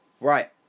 Right